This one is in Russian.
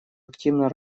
активно